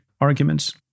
arguments